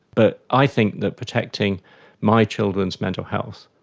but i think that protecting my children's mental health,